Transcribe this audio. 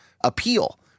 appeal